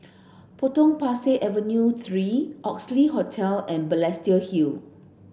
Potong Pasir Avenue three Oxley Hotel and Balestier Hill